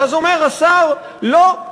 ואז אומר השר: לא,